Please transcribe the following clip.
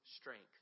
strength